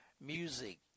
music